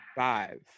Five